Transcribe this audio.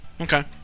Okay